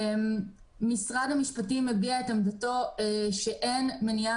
משרד המשפטים הביע את עמדתו שאין מניעה